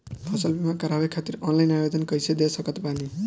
फसल बीमा करवाए खातिर ऑनलाइन आवेदन कइसे दे सकत बानी?